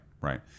right